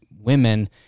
women